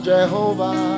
Jehovah